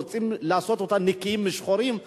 רוצים לעשות אותה נקייה משחורים,